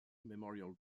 memorial